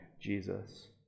Jesus